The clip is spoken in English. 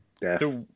death